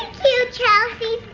you, chelsea